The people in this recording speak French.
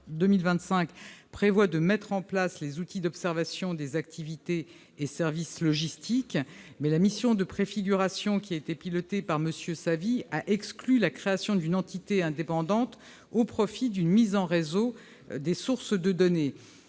France Logistique 2025 prévoit de mettre en place les outils d'observation des activités et services logistiques. Mais la mission de préfiguration pilotée par M. Savy a exclu la création d'une entité indépendante au profit d'une mise en réseau des sources de données.